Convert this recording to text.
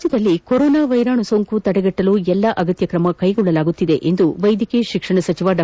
ರಾಜ್ಕದಲ್ಲಿ corona ವೈರಾಣು ಸೋಂಕು ತಡೆಗಟ್ಟಲು ಎಲ್ಲಾ ಅಗತ್ಯ ತ್ರಮ ಕೈಗೊಳ್ಳಲಾಗುತ್ತಿದೆ ಎಂದು ವೈದ್ಯಕೀಯ ಶಿಕ್ಷಣ ಸಚಿವ ಡಾ